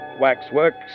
waxworks